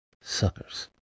suckers